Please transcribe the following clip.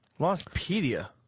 Lostpedia